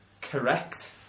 Correct